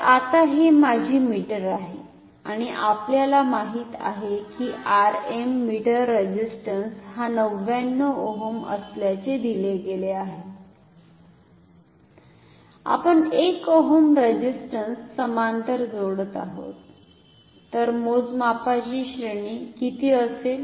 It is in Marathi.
तर आता हे माझे मीटर आहे आणि आपल्याला माहित आहे की Rm मीटर रेझिस्टन्स हा 99 ओहम असल्याचे दिले गेले आहे आपण 1 ओहम रेझिस्टन्स समांतर जोडत आहोत तर मोजमापाची श्रेणी किती असेल